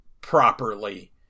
properly